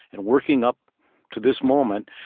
and working up to this moment,